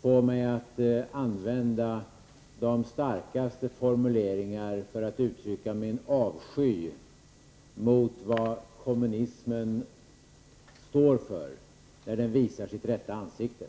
får mig att använda de starkaste formuleringar för att uttrycka min avsky för vad kommunismen står för när den visar sitt rätta ansikte.